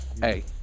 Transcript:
Hey